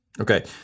Okay